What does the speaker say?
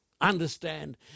understand